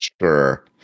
Sure